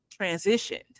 transitioned